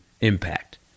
impact